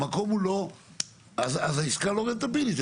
אז העסקה לא רנטבילית,